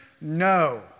No